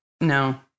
No